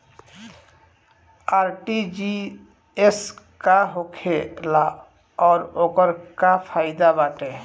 RTGS का होखेला और ओकर का फाइदा बाटे?